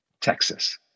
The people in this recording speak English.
Texas